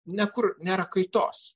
nekur nėra kaitos